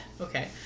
okay